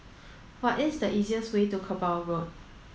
what is the easiest way to Kerbau Road